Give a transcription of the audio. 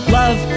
love